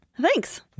Thanks